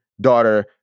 daughter